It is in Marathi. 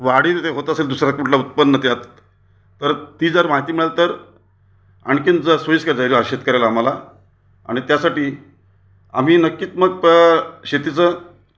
वाढीव जे होत असेल दुसरं कुठले उत्पन्न त्यात तर ती जर माहिती मिळाली तर आणखी जरा सोयीस्कर जाईल शेतकऱ्याला आम्हाला आणि त्यासाठी आम्ही नक्कीच मग शेतीचं